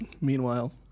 Meanwhile